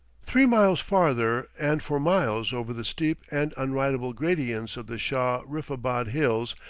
three miles farther, and for miles over the steep and unridable gradients of the shah-riffabad hills,